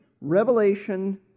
Revelation